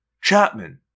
Chapman